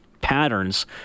patterns